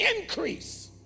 increase